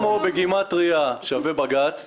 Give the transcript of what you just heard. מיקי ושלמה בגימטריה שווה בג"ץ.